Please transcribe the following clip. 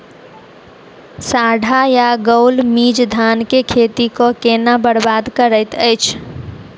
साढ़ा या गौल मीज धान केँ खेती कऽ केना बरबाद करैत अछि?